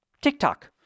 TikTok